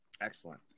Excellent